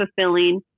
fulfilling